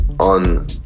on